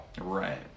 Right